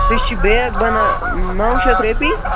سُہ چھِ بیگ بَنان نَو شَتھ رۄپیہِ